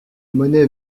monnaies